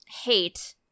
hate